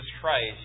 Christ